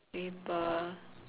paper